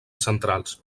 centrals